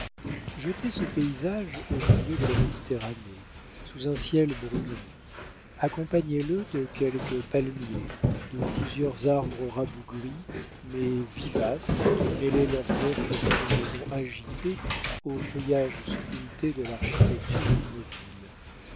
jetez ce paysage au milieu de la méditerranée sous un ciel brûlant accompagnez le de quelques palmiers de plusieurs arbres rabougris mais vivaces qui mêlaient leurs vertes frondaisons agitées aux feuillages sculptés de l'architecture immobile